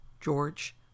George